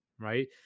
right